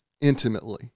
intimately